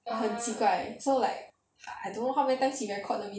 很奇怪 so like I don't know how many times he record the video lah